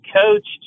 coached